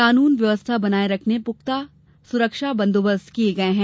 कानून व्यवस्था बनाये रखने पुख्ता सुरक्षा बंदोबस्त किए गए है